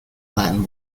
latin